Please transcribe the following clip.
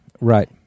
Right